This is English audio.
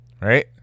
Right